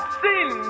sin